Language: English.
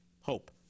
hope